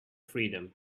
freedom